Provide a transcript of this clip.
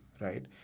right